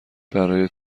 برای